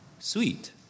Sweet